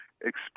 expect